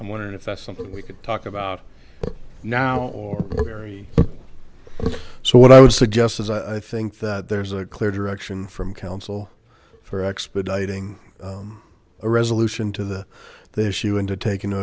i'm wondering if that's something we could talk about now or very so what i would suggest is i think that there's a clear direction from council for expediting a resolution to the the issue and to take into